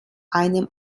einem